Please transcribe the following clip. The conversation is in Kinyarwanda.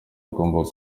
agomba